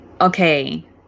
okay